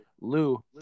Lou